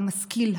המשכיל,